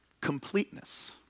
completeness